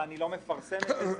אני לא מפרסמת את זה,